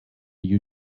you